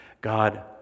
God